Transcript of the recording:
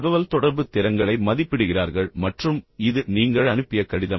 தகவல்தொடர்பு திறங்களை மதிப்பிடுகிறார்கள் மற்றும் இது நீங்கள் அனுப்பிய கடிதம்